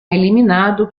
eliminado